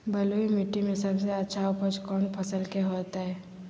बलुई मिट्टी में सबसे अच्छा उपज कौन फसल के होतय?